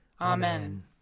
Amen